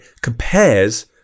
compares